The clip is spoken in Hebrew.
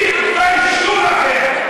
תתביישו לכם.